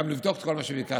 לבדוק את כל מה שביקשת,